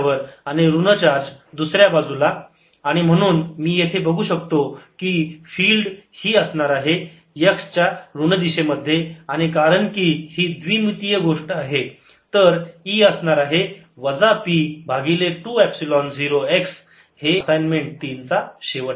sPcosϕE P20 x आणि म्हणून मी येथे बघू शकतो की फिल्ड ही असणार आहे x च्या ऋण दिशेमध्ये आणि कारण की ही द्विमित गोष्ट आहे तर E असणार आहे वजा P भागिले 2 एपसिलोन 0 x हे असाइनमेंट 3 चा शेवट आहे